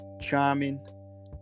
Charming